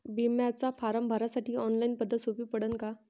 बिम्याचा फारम भरासाठी ऑनलाईन पद्धत सोपी पडन का?